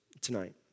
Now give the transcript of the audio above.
tonight